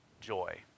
joy